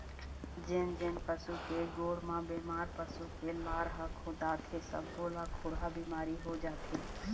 जेन जेन पशु के गोड़ म बेमार पसू के लार ह खुंदाथे सब्बो ल खुरहा बिमारी हो जाथे